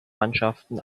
mannschaften